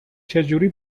چجوری